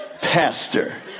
pastor